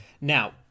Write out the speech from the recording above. Now